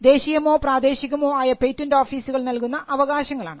ദേശീയമോ പ്രാദേശികമോ ആയ പേറ്റന്റ് ഓഫീസുകൾ നൽകുന്ന അവകാശങ്ങളാണ്